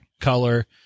color